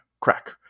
crack